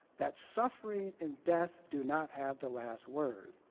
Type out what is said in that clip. that suffering and death do not have the last word.